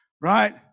right